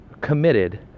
committed